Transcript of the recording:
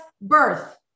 birth